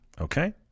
okay